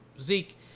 Zeke